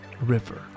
river